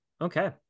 Okay